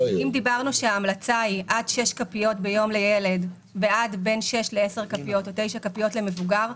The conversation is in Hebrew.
אם דיברנו שההמלצה היא עד שש כפיות ביום לילד ועד תשע כפיות למבוגר,